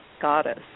goddess